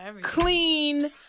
clean